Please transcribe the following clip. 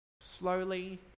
slowly